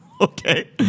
Okay